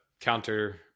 counter